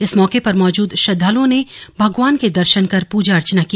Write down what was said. इस मौके पर मौजूद श्रद्वालुओं ने भगवान के दर्शन कर पूजा अर्चना की